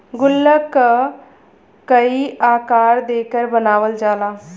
गुल्लक क कई आकार देकर बनावल जाला